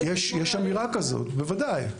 יש אמירה כזאת, בוודאי,